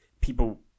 people